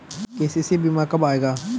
KCC बीमा कब आएगा?